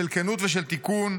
של כנות ושל תיקון,